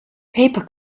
paper